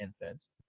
infants